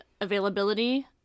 availability